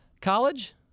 College